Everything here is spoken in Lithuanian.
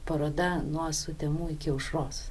paroda nuo sutemų iki aušros